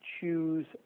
choose